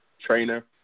trainer